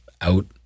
out